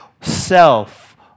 self